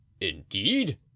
Indeed